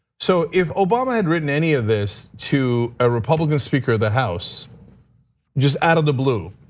so if obama had written any of this to a republican speaker of the house just out of the blue,